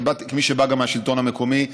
כמי שבא גם מהשלטון המקומי,